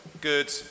good